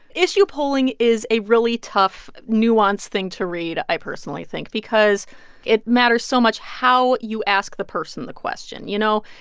issue polling is a really tough, nuanced thing to read, i personally think, because it matters so much how you ask the person the question. you know,